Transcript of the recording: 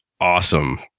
awesome